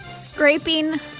Scraping